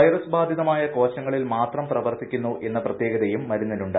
virus ബാധിതമായ കോശങ്ങളിൽ മാത്രം പ്രവർത്തിക്കുന്നു എന്ന പ്രത്യേകതയും മരുന്നിനുണ്ട്